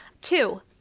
Two